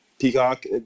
peacock